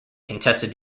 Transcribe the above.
contested